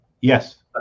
Yes